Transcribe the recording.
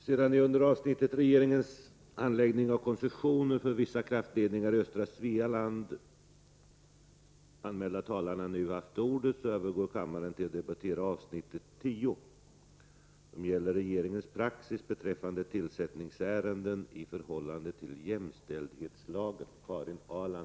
Sedan de under avsnittet Regeringens handläggning av koncessioner för vissa kraftledningar i östra Svealand anmälda talarna nu haft ordet övergår kammaren till att debattera avsnitt 10: Regeringens praxis beträffande tillsättningsärenden i förhållande till jämställdhetslagen.